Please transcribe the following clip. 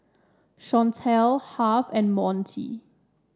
Shantel Harve and Montie